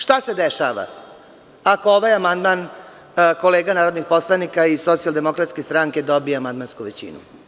Šta se dešava, ako ovaj amandman, kolega narodnih poslanika iz Socijaldemokratske stranke dobije amandmansku većinu?